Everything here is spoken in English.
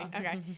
Okay